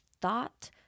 thought